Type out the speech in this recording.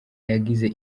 yagize